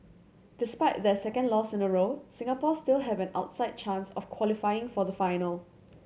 despite their second loss in a row Singapore still have an outside chance of qualifying for the final